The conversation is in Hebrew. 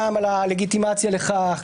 גם על הלגיטימציה לכך,